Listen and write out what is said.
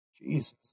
Jesus